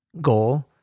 goal